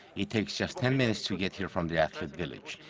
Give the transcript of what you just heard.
it takes just ten minutes to get here from the athlete village,